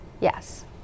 Yes